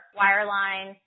wireline